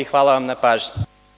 Hvala vam na pažnji.